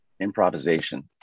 improvisation